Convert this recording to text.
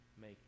make